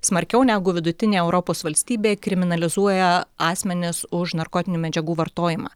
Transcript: smarkiau negu vidutinė europos valstybė kriminalizuoja asmenis už narkotinių medžiagų vartojimą